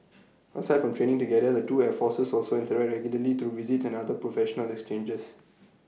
aside from training together the two air forces also interact regularly through visits and other professional exchanges